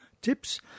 tips